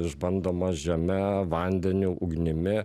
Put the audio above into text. išbandomas žeme vandeniu ugnimi